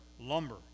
lumber